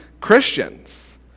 Christians